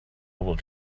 able